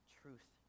truth